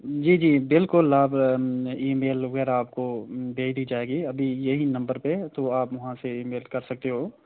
جی جی بالکل آپ ای میل وغیرہ آپ کو دے دی جائے گی ابھی یہی نمبر پہ تو آپ وہاں سے ای میل کر سکتے ہو